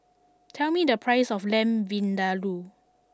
tell me the price of Lamb Vindaloo